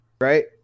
Right